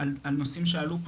על נושאים שעלו פה